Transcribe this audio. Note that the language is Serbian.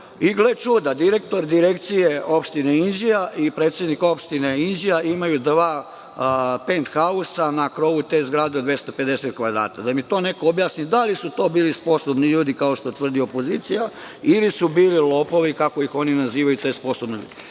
čuda, direktor Direkcije opštine Inđija i predsednik opštine Inđija imaju dva penthausa na krovu te zgrade od 250 kvadrata. Neka mi to neko objasni - da li su to bili sposobni ljudi, kao što tvrdi opozicija, ili su bili lopovi, kako oni nazivaju te sposobne